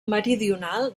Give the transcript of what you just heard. meridional